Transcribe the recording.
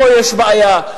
פה יש בעיה.